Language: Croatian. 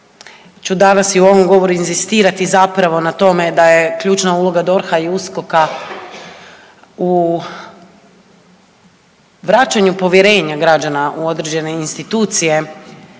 ću danas i u ovom govoru inzistirati zapravo na tome da je ključna uloga DORH-a i USKOK-a u vraćanju povjerenja građana u određene institucije